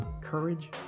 courage